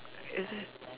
is it